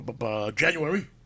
January